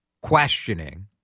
questioning